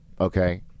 Okay